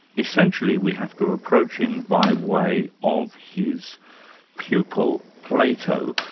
essentially we have to approach him by way of his pupil, plato,